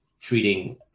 treating